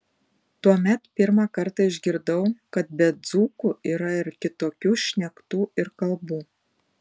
tuomet pirmą kartą išgirdau kad be dzūkų yra ir kitokių šnektų ir kalbų